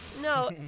No